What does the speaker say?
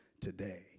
today